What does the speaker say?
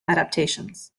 adaptations